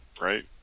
right